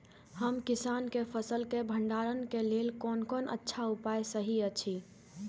हम किसानके फसल के भंडारण के लेल कोन कोन अच्छा उपाय सहि अछि?